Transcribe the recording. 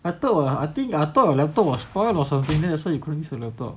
I thought !wah! I think I thought you laptop was spoil or something then that's why you couldn't use your laptop